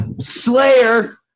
slayer